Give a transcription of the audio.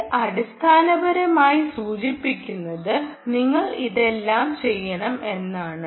ഇത് അടിസ്ഥാനപരമായി സൂചിപ്പിക്കുന്നത് നിങ്ങൾ ഇതെല്ലാം ചെയ്യണം എന്നതാണ്